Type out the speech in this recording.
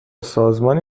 سازمانی